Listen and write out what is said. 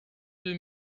deux